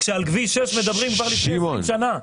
כשעל כביש 6 מדברים כבר לפני 20 שנה?